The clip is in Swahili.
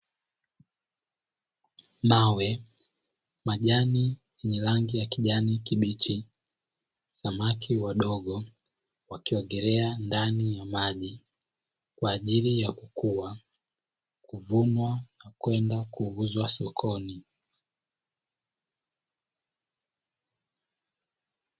Mawe, majani yenye rangi ya kijani kibichi na samaki wadogo wakiogelea ndani ya maji kwa ajili ya kukua, kuvunwa na kwenda kuuzwa sokoni.